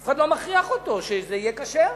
אף אחד לא מכריח אותו שזה יהיה כשר.